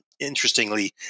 Interestingly